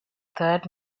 third